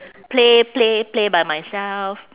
play play play by myself